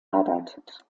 arbeitet